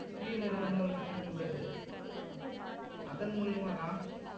சிறிய நிறுவனங்கள் மட்டுமே உள்ளது அதன் மூலிமா தான்